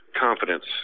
confidence